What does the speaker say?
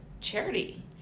charity